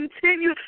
continue